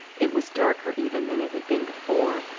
it was darker even than it had been before,